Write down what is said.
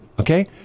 Okay